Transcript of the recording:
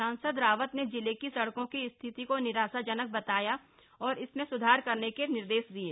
सांसद रावत ने जिले की सड़कों की स्थिति को निराशाजनक बताया और इस में स्धार करने के निर्देश दिये